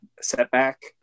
setback